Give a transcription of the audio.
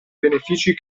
benefici